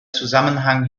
zusammenhang